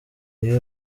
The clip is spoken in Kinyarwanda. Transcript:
iyo